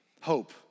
hope